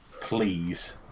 Please